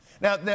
Now